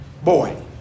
Boy